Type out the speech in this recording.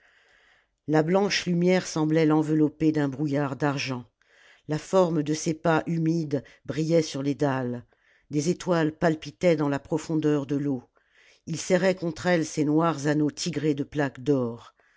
la blanche lumière semblait l'envelopper d'un brouillard d'argent la forme de ses pas humides brillait sur les dalles des étoiles palpitaient dans la profondeur de l'eau il serrait contre elle ses noirs anneaux tigrés de plaques d'or